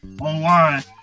online